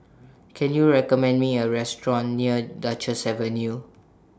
Can YOU recommend Me A Restaurant near Duchess Avenue